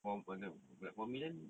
for for for me kan